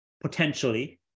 potentially